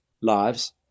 lives